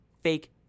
fake